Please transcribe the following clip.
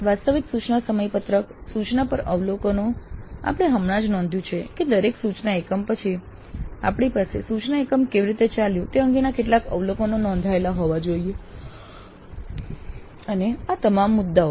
વાસ્તવિક સૂચના સમયપત્રક સૂચના પર અવલોકનો આપણે હમણાં જ નોંધ્યું છે કે દરેક સૂચના એકમ પછી આપણી પાસે સૂચના એકમ કેવી રીતે ચાલ્યું તે અંગેના કેટલાક અવલોકનો નોંધાયેલા હોવા જોઈએ અને આ તમામ મુદ્દાઓ